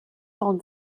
sont